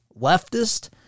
leftist